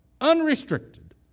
unrestricted